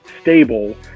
stable